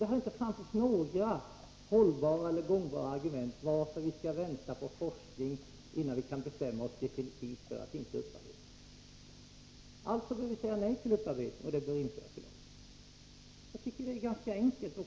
Det har inte framförts några hållbara argument för att vi skall vänta på forskning innan vi kan bestämma oss definitivt för att inte upparbeta. Vi bör alltså säga nej till upparbetning, och det bör införas i lag. Jag tycker att det är ganska enkelt.